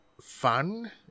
fun